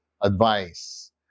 advice